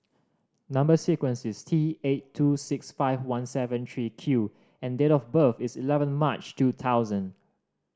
number sequence is T eight two six five one seven three Q and date of birth is eleven March two thousand